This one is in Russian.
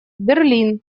берлин